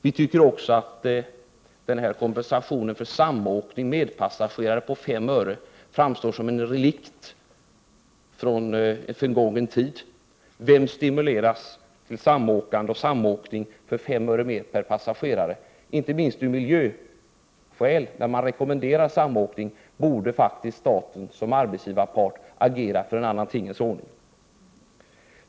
Vi anser också att kompensationen för samåkning på 5 öre per medpassagerare framstår som en relikt från en förgången tid. Vem stimuleras till samåkning av 5 öre mer per passagerare? Inte minst när man rekommenderar samåkning av miljöskäl, borde staten som arbetsgivarpart agera för en annan tingens ordning.